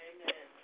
Amen